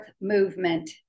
movement